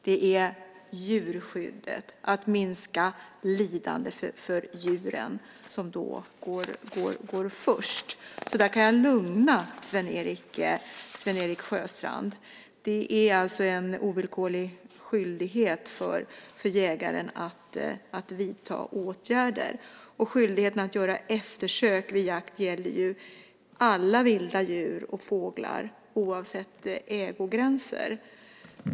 Det är djurskyddet och att minska lidandet för djuren som då går först. Där kan jag lugna Sven-Erik Sjöstrand. Det är alltså en ovillkorlig skyldighet för jägare att vidta åtgärder. Skyldigheten att göra eftersök vid jakt gäller alla vilda djur och fåglar, oavsett ägogränser.